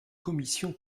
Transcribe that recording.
commission